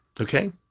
Okay